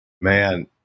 Man